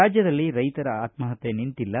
ರಾಜ್ಯದಲ್ಲಿ ರೈತರ ಆತ್ಮಪತ್ಯ ನಿಂತಿಲ್ಲ